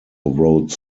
wrote